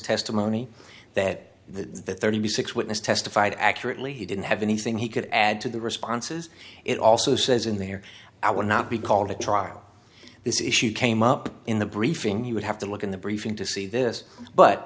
testimony that the thirty six witness testified accurately he didn't have anything he could add to the responses it also says in there i would not be called to trial this issue came up in the briefing he would have to look in the briefing to see this but